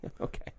okay